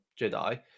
jedi